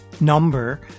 number